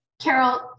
Carol